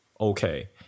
Okay